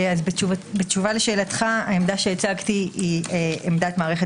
בתשובה לשאלתך העמדה שהצגתי היא עמדת מערכת